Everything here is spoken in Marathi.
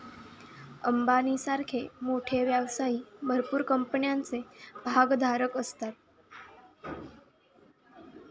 अंबानी सारखे मोठे व्यवसायी भरपूर कंपन्यांचे भागधारक असतात